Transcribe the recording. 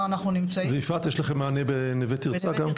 יפעת, יש לכם מענה בנווה תרצה גם?